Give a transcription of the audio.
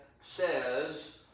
says